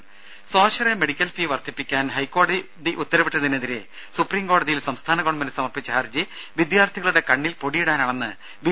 രും സ്വാശ്രയ medical fees വർദ്ധിപ്പിക്കാൻ ഹൈക്കോടതി ഉത്തരവിട്ടതിനെതിരെ സുപ്രീംകോടതിയിൽ സംസ്ഥാന ഗവൺമെന്റ് സമർപ്പിച്ച ഹർജി വിദ്യാർത്ഥികളുടെ കണ്ണിൽ പൊടിയിടാനാണെന്ന് ബി